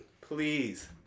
Please